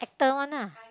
actor one lah